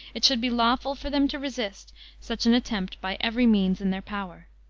it should be lawful for them to resist such an attempt by every means in their power.